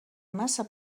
massa